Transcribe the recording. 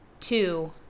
two